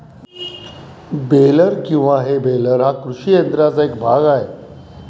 baler किंवा हे baler हा कृषी यंत्राचा एक भाग आहे